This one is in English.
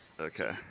Okay